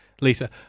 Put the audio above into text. Lisa